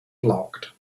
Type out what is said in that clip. blocked